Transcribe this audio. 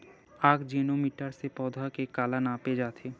आकजेनो मीटर से पौधा के काला नापे जाथे?